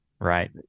right